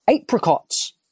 Apricots